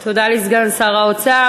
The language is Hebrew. תודה לסגן שר האוצר.